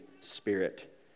Spirit